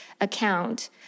account